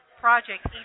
project